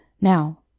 Now